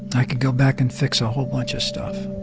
i could go back and fix a whole bunch of stuff